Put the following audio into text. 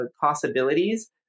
possibilities